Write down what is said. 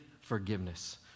forgiveness